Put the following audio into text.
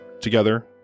Together